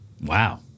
Wow